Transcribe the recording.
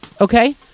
okay